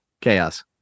chaos